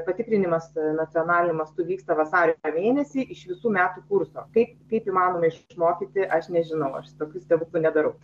patikrinimas nacionaliniu mastu vyksta vasario mėnesį iš visų metų kurso kaip kaip įmanoma išmokyti aš nežinau aš tokių stebuklų nedarau